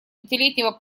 пятилетнего